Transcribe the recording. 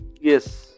yes